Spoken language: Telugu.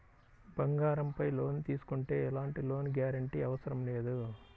బంగారంపై లోను తీసుకుంటే ఎలాంటి లోను గ్యారంటీ అవసరం లేదు